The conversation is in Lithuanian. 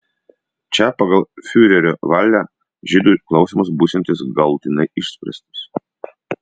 čia pagal fiurerio valią žydų klausimas būsiantis galutinai išspręstas